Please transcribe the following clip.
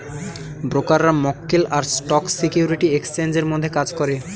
ব্রোকাররা মক্কেল আর স্টক সিকিউরিটি এক্সচেঞ্জের মধ্যে কাজ করে